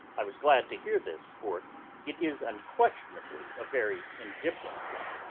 i was glad to hear this, for it is unquestionably a very indifferent one.